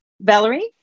Valerie